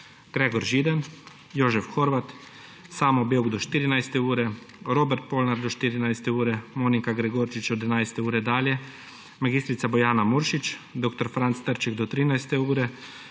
Gregor Židan, Jožef Horvat, Samo Bevk do 14. ure, Robert Polnar do 14. ure, Monika Gregorčič od 11. ure dalje, Bojana Muršič, Franc Trček do 13. ure,